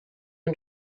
and